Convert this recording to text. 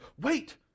Wait